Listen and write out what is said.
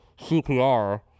CPR